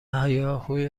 هیاهوی